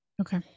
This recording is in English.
okay